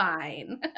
Fine